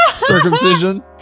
circumcision